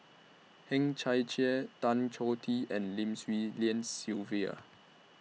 Hang Chang Chieh Tan Choh Tee and Lim Swee Lian Sylvia